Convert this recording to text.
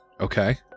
Okay